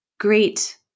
great